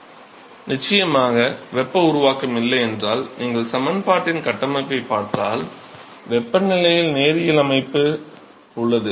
மாணவர் நிச்சயமாக வெப்ப உருவாக்கம் இல்லை என்றால் நீங்கள் சமன்பாட்டின் கட்டமைப்பைப் பார்த்தால் வெப்பநிலையில் நேரியல் அமைப்பு உள்ளது